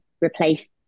replace